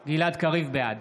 (קורא בשם חבר הכנסת) גלעד קריב, בעד